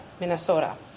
Minnesota